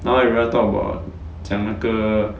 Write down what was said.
now I rather talk about 讲那个